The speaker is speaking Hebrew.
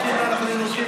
כאילו אנחנו הולכים,